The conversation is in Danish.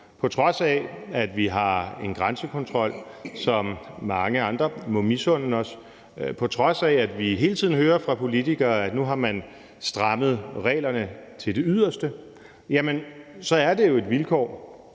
På trods af at vi har en grænsekontrol, som mange andre må misunde os, og på trods af at vi hele tiden hører fra politikere, at nu har man strammet reglerne til det yderste, så er det jo et vilkår,